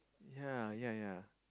ya ya ya